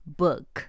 book